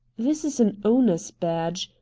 this is an owner's badge.